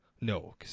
No